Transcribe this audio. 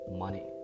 money